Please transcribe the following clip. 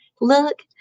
look